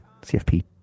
CFP